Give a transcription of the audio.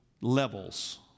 levels